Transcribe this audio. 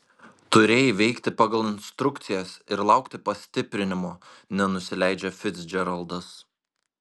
turėjai veikti pagal instrukcijas ir laukti pastiprinimo nenusileidžia ficdžeraldas